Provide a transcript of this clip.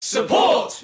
Support